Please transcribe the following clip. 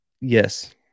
Yes